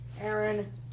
Aaron